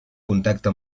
contacte